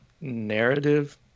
narrative